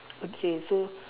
okay so